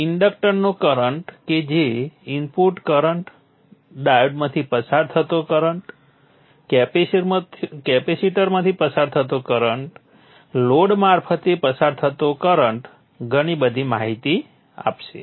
ઇન્ડક્ટરનો current કે જે input current ડાયોડમાંથી પસાર થતો કરંટ કેપેસિટન્સમાંથી પસાર થતો કરંટ લોડ મારફતે પસાર થતો કરંટ ઘણી બધી માહિતી આપશે